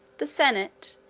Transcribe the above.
the senate,